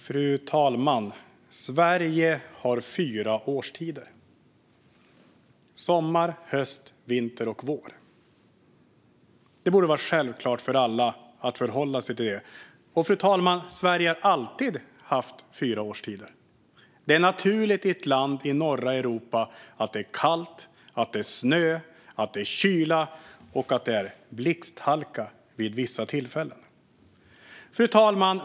Fru talman! Sverige har fyra årstider: sommar, höst, vinter och vår. Det borde vara självklart för alla att förhålla sig till detta. Och, fru talman, Sverige har alltid haft fyra årstider. Det är naturligt i ett land i norra Europa att det är kallt och snöigt och att det råder blixthalka vid vissa tillfällen. Fru talman!